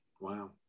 Wow